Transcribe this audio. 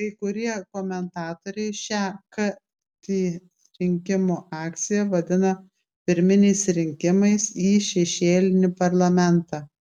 kai kurie komentatoriai šią kt rinkimų akciją vadina pirminiais rinkimais į šešėlinį parlamentą